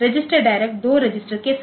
register direct दो register के साथ